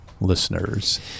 listeners